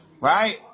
Right